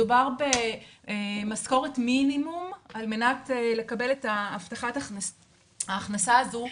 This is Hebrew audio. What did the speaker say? מדובר במשכורת מינימום על מנת לקבל את ההבטחה הכנסה הזו.